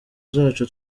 zacu